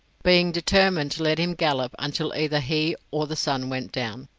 being determined to let him gallop until either he or the sun went down.